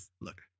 look